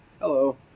hello